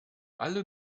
alle